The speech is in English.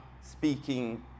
speaking